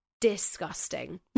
disgusting